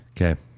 Okay